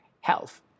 health